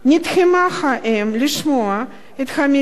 שילדיהם הוצאו מהבית והועברו למסגרות חוץ-ביתיות